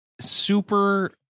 super